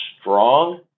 strong